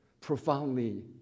profoundly